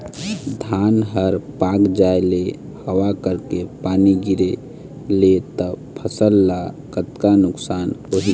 धान हर पाक जाय ले हवा करके पानी गिरे ले त फसल ला कतका नुकसान होही?